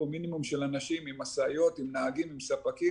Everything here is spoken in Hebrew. מינימום של אנשים עם משאיות ועם נהגים ועם ספקים